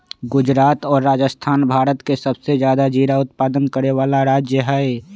गुजरात और राजस्थान भारत के सबसे ज्यादा जीरा उत्पादन करे वाला राज्य हई